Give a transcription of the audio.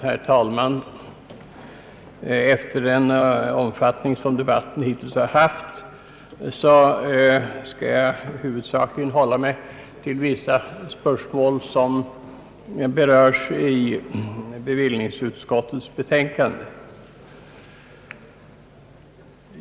Herr talman! Efter den omfattning som debatten hittills har haft skall jag 1 huvudsak hålla mig till vissa spörsmål som berörs i bevillningsutskottets betänkande.